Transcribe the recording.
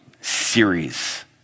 series